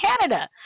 Canada